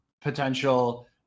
potential –